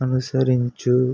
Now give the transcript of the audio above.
అనుసరించు